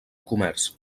comerç